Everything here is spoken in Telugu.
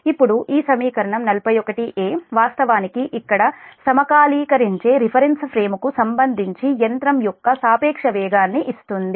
ఇప్పుడు ఈ సమీకరణం 41 ఎ వాస్తవానికి ఇక్కడ సమకాలీకరించే రిఫరెన్స్ ఫ్రేమ్కు సంబంధించి యంత్రం యొక్క సాపేక్ష వేగాన్ని ఇస్తుంది